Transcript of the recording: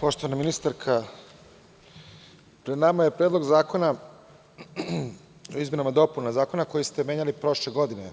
Poštovana ministarka, pred nama je Predlog zakona o izmenama i dopunama Zakona koji ste menjali prošle godine,